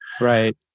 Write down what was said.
right